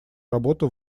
работу